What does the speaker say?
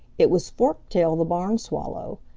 it was forktail the barn swallow,